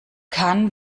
kann